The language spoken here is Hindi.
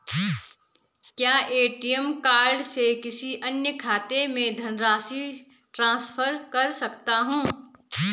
क्या ए.टी.एम कार्ड से किसी अन्य खाते में धनराशि ट्रांसफर कर सकता हूँ?